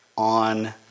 On